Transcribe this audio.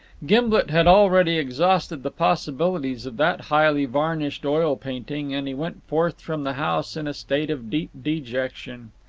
gimblet had already exhausted the possibilities of that highly varnished oil-painting, and he went forth from the house in a state of deep dejection.